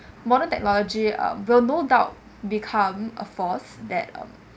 modern technology um will no doubt become a force that um that